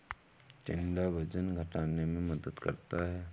टिंडा वजन घटाने में मदद करता है